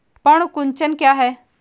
पर्ण कुंचन क्या है?